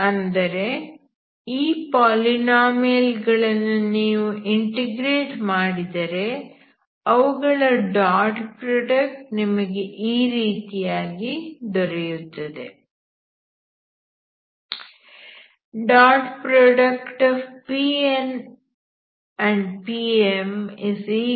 ಅಂದರೆ ಈ ಪಾಲಿನೋಮಿಯಲ್ ಗಳನ್ನು ನೀವು ಇಂಟಿಗ್ರೇಟ್ ಮಾಡಿದರೆ ಅವುಗಳ ಡಾಟ್ ಪ್ರೋಡಕ್ಟ್ ನಿಮಗೆ ಈ ರೀತಿಯಾಗಿ ದೊರೆಯುತ್ತದೆ PnPm 11Pnx